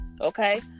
okay